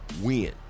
win